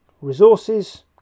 Resources